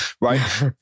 Right